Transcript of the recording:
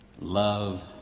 love